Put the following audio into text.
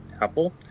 Apple